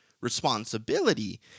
responsibility